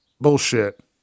Bullshit